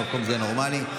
אז אולי תשב במקום נורמלי.